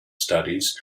studies